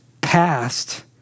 past